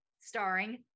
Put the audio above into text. starring